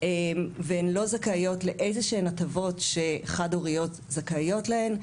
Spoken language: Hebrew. והן לא זכאיות לאיזה שהן הטבות שחד-הוריות זכאיות להן,